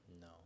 No